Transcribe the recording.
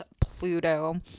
Pluto